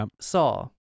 Saw